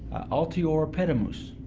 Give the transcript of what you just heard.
altiora petimus,